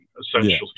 essentially